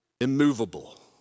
immovable